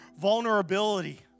vulnerability